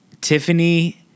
Tiffany